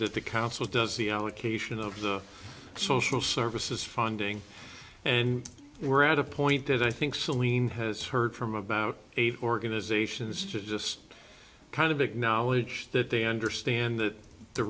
that the council does the allocation of the social services funding and we're at a point that i think celine has heard from about eight organizations to just kind of acknowledge that they understand that the